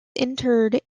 interred